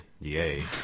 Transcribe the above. yay